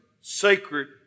sacred